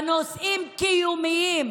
בנושאים קיומיים.